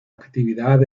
actividad